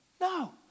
No